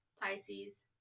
Pisces